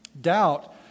Doubt